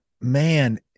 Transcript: man